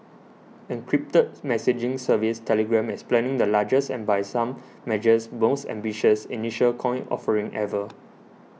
encrypted messaging service Telegram is planning the largest and by some measures most ambitious initial coin offering ever